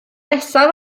nesaf